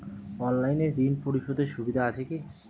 অনলাইনে ঋণ পরিশধের সুবিধা আছে কি?